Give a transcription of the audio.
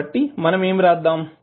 కాబట్టి మనం ఏమి వ్రాద్దాం